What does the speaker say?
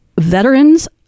veterans